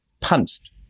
punched